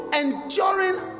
enduring